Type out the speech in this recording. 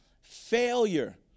Failure